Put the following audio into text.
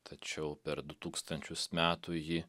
tačiau per du tūkstančius metų ji